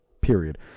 Period